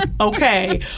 okay